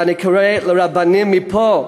ואני קורא לרבנים מפה: